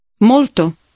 molto